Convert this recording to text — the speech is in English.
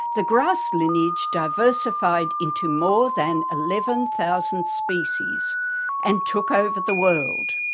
the grass lineage diversified into more than eleven thousand species and took over the world.